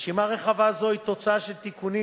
רשימה רחבה זו היא תוצאה של תיקונים